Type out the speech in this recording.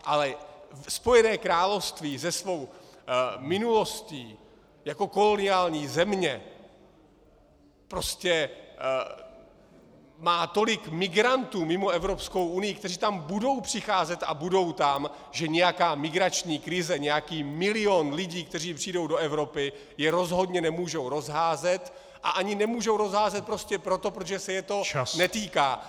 Ale Spojené království se svou minulostí jako koloniální země prostě má tolik migrantů mimo Evropskou unii, kteří tam budou přicházet a budou tam, že nějaká migrační krize, nějaký milion lidí, kteří přijdou do Evropy, je rozhodně nemohou rozházet a ani je nemůžou rozházet prostě proto, že se jich to netýká.